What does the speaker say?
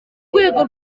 rwego